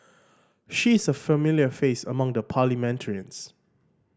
she is a familiar face among the parliamentarians